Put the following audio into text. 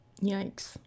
Yikes